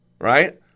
Right